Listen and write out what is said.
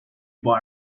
bar